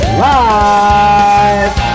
live